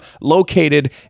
located